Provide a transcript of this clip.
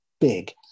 big